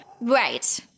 right